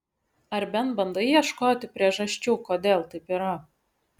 ar bent bandai ieškoti priežasčių kodėl taip yra